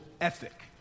ethic